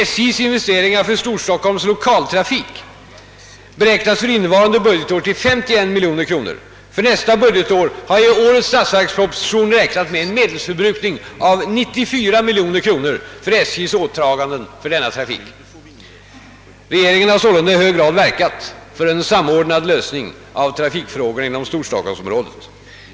SJ:s investeringar för Storstockholms lokaltrafik beräknas för innevarande budgetår till 51 milj.kr. För nästa budgetår har jag i årets statsverksproposition räknat med en medelsförbrukning av 94 milj.kr. för SJ:s åtaganden för denna trafik. Regeringen har sålunda i hög grad verkat för en samordnad lösning av trafikfrågorna inom storstockholmsområdet.